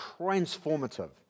transformative